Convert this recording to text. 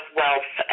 wealth